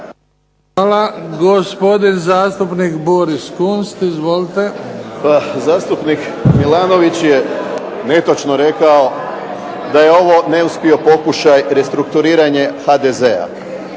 Hvala. Gospodin zastupnik Boris Kunst. Izvolite. **Kunst, Boris (HDZ)** Zastupnik MIlanović je netočno rekao da je ovo neuspio pokušaj rekonstruiranja HDZ-a.